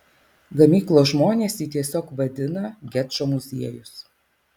gamyklos žmonės jį tiesiog vadina gečo muziejus